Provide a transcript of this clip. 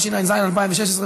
התשע"ז 2016,